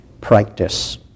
practice